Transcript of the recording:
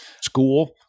school